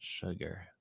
Sugar